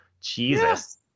Jesus